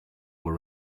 were